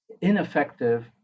ineffective